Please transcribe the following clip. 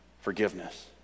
forgiveness